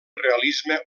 realisme